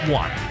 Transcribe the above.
one